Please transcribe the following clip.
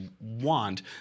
want